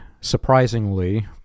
surprisingly